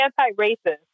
anti-racist